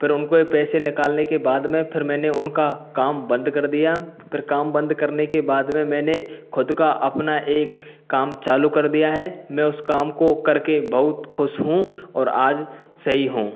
फिर उनको ये पैसे निकलने के बाद में फिर मैंने उनका काम बंद कर दिया फिर काम बंद करने के बाद में मैंने खुद का अपना एक काम चालू कर दिया है मैं उस काम को करके बहुत खुश हूँ और आज सही हूँ